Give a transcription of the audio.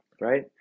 right